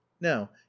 now